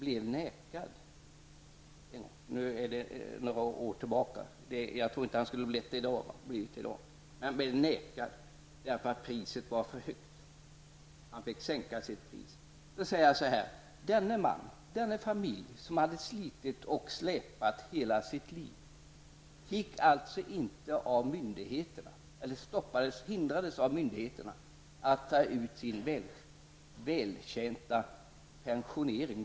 Men dessa äldre människor blev nekade att sälja fastigheten därför att priset var för högt. De fick sänka priset. Nu är detta några år sedan, och jag tror inte att de skulle blivit nekade i dag. Då säger jag så här: Denna familj som hade slitit och släpat hela sitt liv hindrades av myndigheterna att ta ut sin välförtjänta pension.